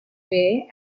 bay